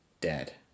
dead